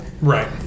right